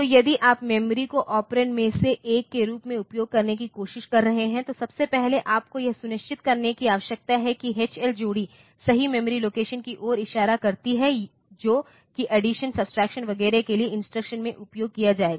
तो यदि आप मेमोरी को ऑपरेंड में से एक के रूप में उपयोग करने की कोशिश कर रहे हैं तो सबसे पहले आपको यह सुनिश्चित करने की आवश्यकता है कि एच एल जोड़ी सही मेमोरी लोकेशन की ओर इशारा करती है जो कि अड्डीसन सब्ट्रैक्शन वगैरह के लिए इंस्ट्रकशन में उपयोग किया जाएगा